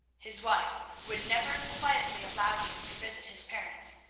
his wife would never quietly allow him to visit his parents,